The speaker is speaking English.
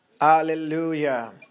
Hallelujah